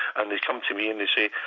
and they come to me and they say,